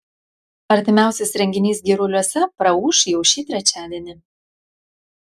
artimiausias renginys giruliuose praūš jau šį trečiadienį